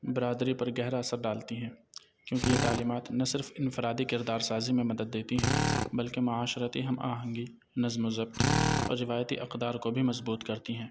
برادری پر گہرا اثر ڈالتی ہیں کیونکہ یہ تعلیمات نہ صرف انفرادی کردار سازی میں مدد دیتی ہیں بلکہ معاشرتی ہم آہنگی نظم و ضبط اور روایتی اقدار کو بھی مضبوط کرتی ہیں